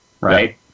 right